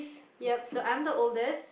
yup so I'm the oldest